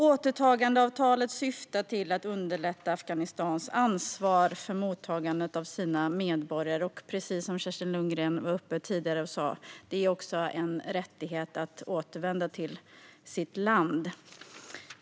Återtagandeavtalet syftar till att underlätta Afghanistans ansvar för mottagandet av sina medborgare. Precis som Kerstin Lundgren sa tidigare är det också en rättighet att återvända till sitt land.